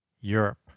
europe